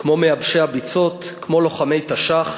כמו מייבשי הביצות, כמו לוחמי תש"ח,